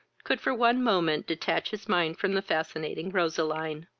could for one moment detach his mind from the fascinating roseline.